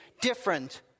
different